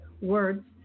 words